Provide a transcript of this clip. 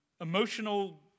emotional